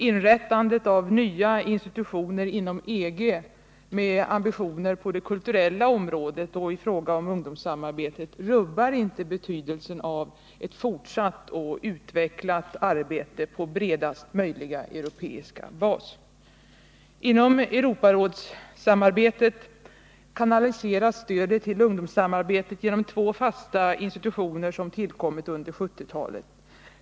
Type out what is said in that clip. Inrättandet av nya institutioner inom EG med ambitioner på det kulturella området och i fråga om ungdomssamarbete rubbar inte betydelsen av ett fortsatt och utvecklat arbete på bredaste möjliga europeiska bas. Inom Europarådssamarbetet kanaliseras stödet till ungdomssamarbetet genom två fasta institutioner som tillkommit under 1970-talet.